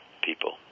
people